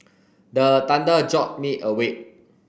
the thunder jolt me awake